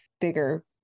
bigger